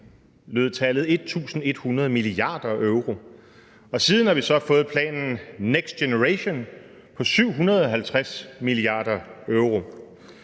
lød tallet på 1.100 mia. euro, og siden har vi fået planen »Next Generation EU« til 750 mia. euro.